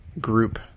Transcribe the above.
group